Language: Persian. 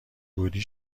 بودی